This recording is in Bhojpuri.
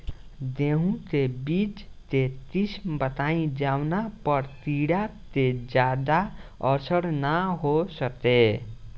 गेहूं के बीज के किस्म बताई जवना पर कीड़ा के ज्यादा असर न हो सके?